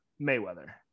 Mayweather